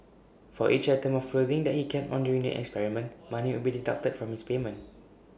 for each item of clothing that he kept on during the experiment money would be deducted from his payment